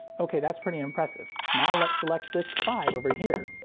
ok, that's pretty impressive. now let's select disc five over here.